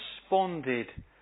responded